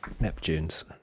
Neptunes